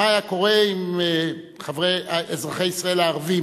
מה היה קורה אם אזרחי ישראל הערבים